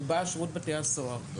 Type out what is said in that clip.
הוא בא משירות בתי הסוהר.